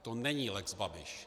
To není lex Babiš.